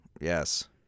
Yes